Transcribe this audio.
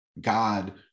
God